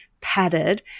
padded